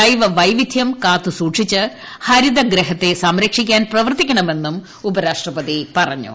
ജൈവ വൈവിധ്യം കാത്ത് സൂക്ഷിച്ച് ഹരിതഗ്രഹത്തെ സംരക്ഷിക്കാൻ പ്രവർത്തിക്കണമെന്നും ഉപരാഷ്ട്രപതി പറഞ്ഞു